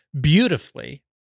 beautifully